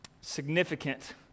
significant